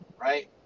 Right